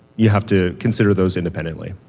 you have to consider those independently.